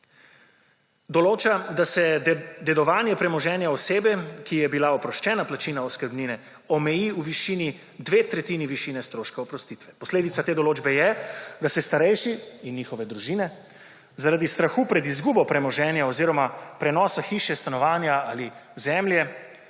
določa, da se dedovanje premoženja osebe, ki je bila oproščena plačila oskrbnine omeji v višini dve tretjini višine stroškov oprostitve. Posledica te določbe je, da se starejši in njihove družine zaradi strahu pred izgubo premoženja oziroma prenosa hiše, stanovanja ali zemlje